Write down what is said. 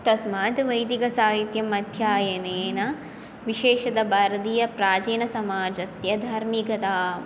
तस्मात् वैदिकसाहित्यम् अध्ययनेन विशेषतः भारतीयप्राचीनसमाजस्य धार्मिकतां